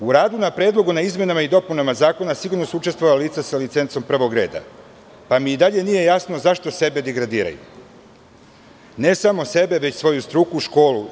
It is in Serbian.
U radu na Predlogu o izmenama i dopunama zakona su sigurno učestvovala lica sa licencom prvog reda, pa mi i dalje nije jasno zašto se degradiraju, ne samo sebe već i svoju struku, školu?